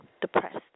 depressed